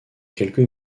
quelques